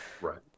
Right